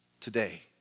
Today